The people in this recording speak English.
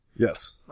Yes